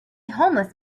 homeless